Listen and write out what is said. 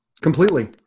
completely